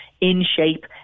in-shape